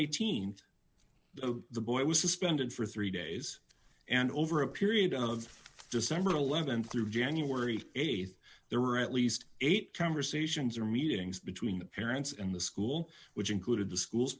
th the boy was suspended for three days and over a period of just number eleven through january th there were at least eight conversations or meetings between the parents and the school which included the school's